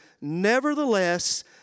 nevertheless